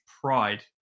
pride